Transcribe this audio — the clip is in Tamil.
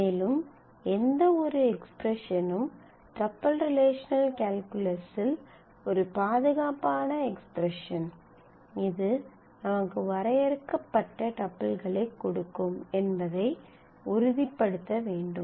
மேலும் எந்தவொரு எக்ஸ்பிரஸனும் டப்பிள் ரிலேஷனல் கால்குலஸில் ஒரு பாதுகாப்பான எக்ஸ்பிரஸன் இது நமக்கு வரையறுக்கப்பட்ட டப்பிள்களைக் கொடுக்கும் என்பதை உறுதிப்படுத்த வேண்டும்